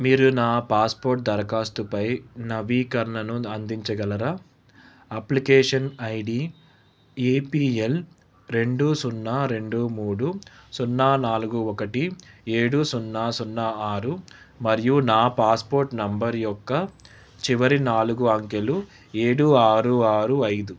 మీరు నా పాస్పోర్ట్ దరఖాస్తుపై నవీకరణను అందించగలరా application I D A P L రెండు సున్నా రెండు మూడు సున్నా నాలుగు ఒకటి ఏడు సున్నా సున్నా ఆరు మరియు నా పాస్పోర్ట్ నెంబర్ యొక్క చివరి నాలుగు అంకెలు ఏడు ఆరు ఆరు ఐదు